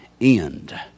end